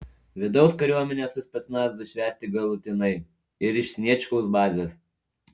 vidaus kariuomenę su specnazu išvesti galutinai ir iš sniečkaus bazės